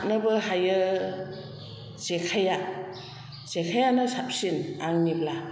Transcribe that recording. साथनोबो हायो जेखाइया जेखाइयानो साबसिन आंनिब्ला